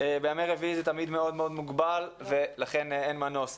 בימי רביעי זה תמיד מאוד מאוד מוגבל ולכן אין מנוס.